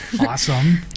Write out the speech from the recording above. awesome